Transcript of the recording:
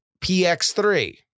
PX3